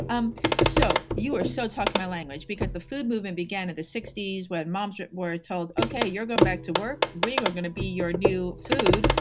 um so, you are so talking my language because the food movement began in the sixty s, when moms were told, okay, you're going back to work. we are gonna be your new food.